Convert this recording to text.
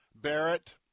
Barrett